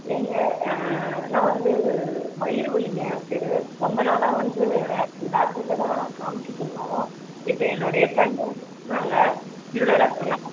ஏங்க நான் வந்து வயிறு வலிங்க எனக்கு ரொம்ப நாளாக வந்து வேற டாக்டருட்ட தான் காமிச்சிகிட்ருந்தோம் இப்போ என்னுடைய ஃப்ரெண்டு வந்து சொன்னாங்க ப்யூலா டாக்டர் நல்லா